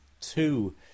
two